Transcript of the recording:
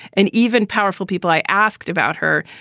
and even powerful people. i asked about her,